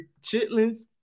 Chitlins